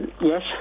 Yes